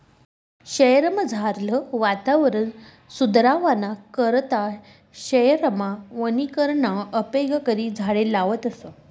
शयेरमझारलं वातावरण सुदरावाना करता शयेरमा वनीकरणना उपेग करी झाडें लावतस